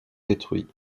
détruit